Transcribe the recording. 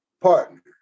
partner